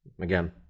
Again